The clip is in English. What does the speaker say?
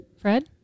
Fred